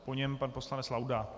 Po něm pan poslanec Laudát.